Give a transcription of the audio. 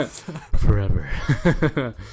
Forever